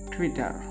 Twitter